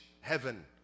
heaven